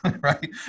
Right